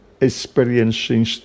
experiencing